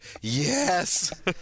yes